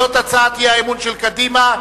זאת הצעת האי-אמון של קדימה.